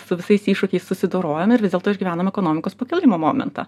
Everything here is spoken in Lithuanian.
su visais iššūkiais susidorojom ir dėl to išgyvenom ekonomikos pakilimo momentą